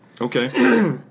Okay